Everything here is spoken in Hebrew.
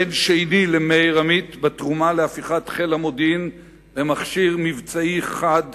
אין שני למאיר עמית בתרומה להפיכת חיל המודיעין למכשיר מבצעי חד,